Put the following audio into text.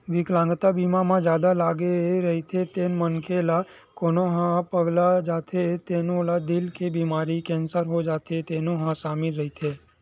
बिकलांगता बीमा म जादा लागे रहिथे तेन मनखे ला कोनो ह पगला जाथे तेनो ला दिल के बेमारी, केंसर हो जाथे तेनो ह सामिल रहिथे